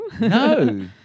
No